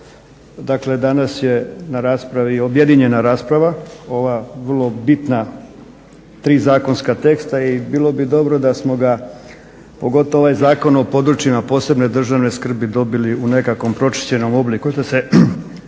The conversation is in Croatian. dakle danas je na raspravi objedinjena rasprava, ova vrlo bitna tri zakonska teksta i bilo bi dobro da smo ga, pogotovo ovaj Zakon o područjima posebne državne skrbi dobili u nekakvom pročišćenom obliku